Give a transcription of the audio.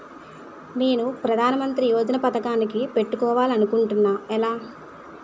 నేను ప్రధానమంత్రి యోజన పథకానికి పెట్టుకోవాలి అనుకుంటున్నా ఎలా?